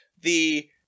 the-